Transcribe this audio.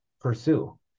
pursue